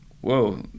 whoa